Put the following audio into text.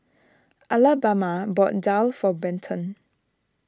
Alabama bought Daal for Benton